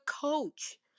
coach